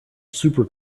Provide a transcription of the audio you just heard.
super